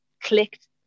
clicked